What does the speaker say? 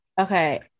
Okay